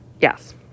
Yes